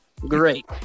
Great